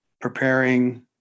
preparing